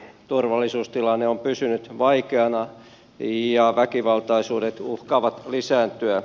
turvallisuustilanne on pysynyt vaikeana ja väkivaltaisuudet uhkaavat lisääntyä